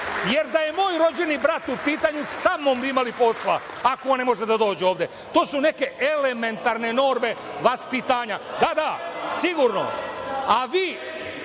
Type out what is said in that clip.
jer da je moj rođeni brat u pitanju sa mnom bi imali posla, ako on ne može da dođe ovde. To su neke elementarne norme vaspitanja. Da, da, sigurno, a vi